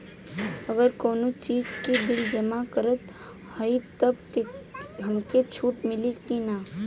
अगर कउनो चीज़ के बिल जमा करत हई तब हमके छूट मिली कि ना?